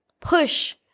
push